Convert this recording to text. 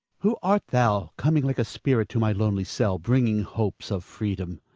who art thou, coming like a spirit to my lonely cell, bringing hopes of freedom?